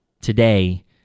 Today